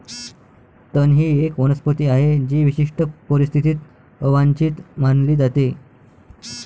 तण ही एक वनस्पती आहे जी विशिष्ट परिस्थितीत अवांछित मानली जाते